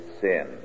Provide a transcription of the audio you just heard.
sin